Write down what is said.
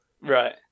Right